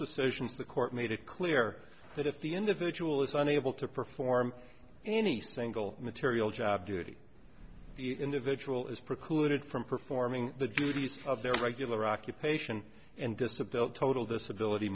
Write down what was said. decisions the court made it clear that if the individual is unable to perform any single material job duty the individual is precluded from performing the duties of their regular occupation and disability little disability